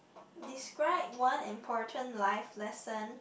describe one important life lesson